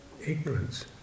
ignorance